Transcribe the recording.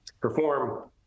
perform